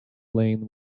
lane